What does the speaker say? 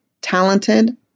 talented